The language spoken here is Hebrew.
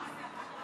מה עושים עכשיו?